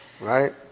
right